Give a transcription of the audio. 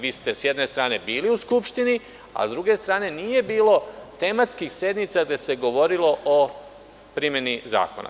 Vi ste, sa jedne strane, bili u Skupštini, a sa druge strane, nije bilo tematskih sednica gde se govorilo o primeni zakona.